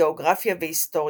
גאוגרפיה והיסטוריה.